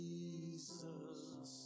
Jesus